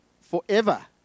forever